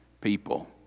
People